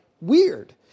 weird